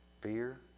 fear